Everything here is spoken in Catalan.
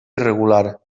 irregular